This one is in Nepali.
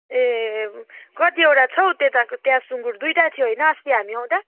ए कतिवटा छ हौ त्यता त्यहाँ सुँगुर दुईवटा थियो होइन अस्ति हामी आउँदा